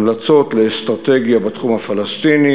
המלצות לאסטרטגיה בתחום הפלסטיני,